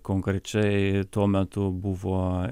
konkrečiai tuo metu buvo